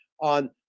on